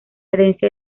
herencia